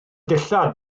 dillad